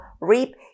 reap